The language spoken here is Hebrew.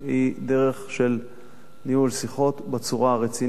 היא דרך של ניהול שיחות בצורה הרצינית,